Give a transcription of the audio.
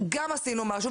גם עשינו משהו.